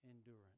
endurance